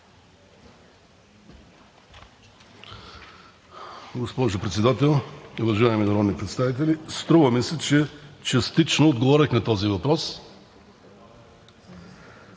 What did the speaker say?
Госпожо Председател, уважаеми народни представители! Аз мисля, че частично дадох отговор на този въпрос.